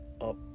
up